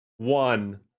One